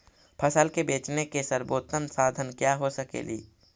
फसल के बेचने के सरबोतम साधन क्या हो सकेली?